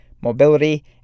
mobility